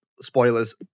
spoilers